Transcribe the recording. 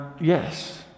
yes